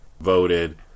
voted